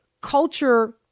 culture